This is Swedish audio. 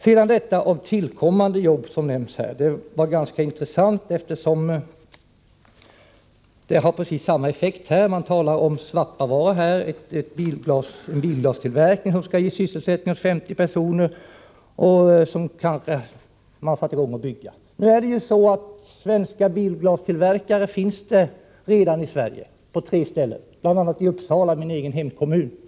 Sedan till detta om tillkommande jobb som nämns i svaret. Det har precis samma effekt. Det talas om en bilglastillverkning i Svappavaara, som skall ge sysselsättning åt 50 personer. Nu är det så att det redan finns bilglastillverkare i Sverige på tre platser, bl.a. i min egen hemkommun Uppsala.